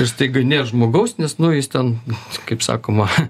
ir staiga nėr žmogaus nes nu jis ten kaip sakoma